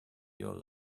your